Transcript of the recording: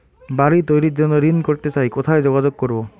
বাড়ি তৈরির জন্য ঋণ করতে চাই কোথায় যোগাযোগ করবো?